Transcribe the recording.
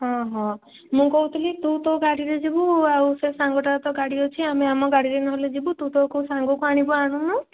ହଁ ହଁ ମୁଁ କହୁଥିଲି ତୁ ତୋ ଗାଡ଼ିରେ ଯିବୁ ଆଉ ସେ ସାଙ୍ଗଟାର ଗାଡ଼ି ଅଛି ଆମେ ଆମ ଗାଡ଼ିରେ ନହେଲେ ଯିବୁ ତୁ ତୋର କେଉଁ ସାଙ୍ଗକୁ ଆଣିବୁ ଆଣୁନୁ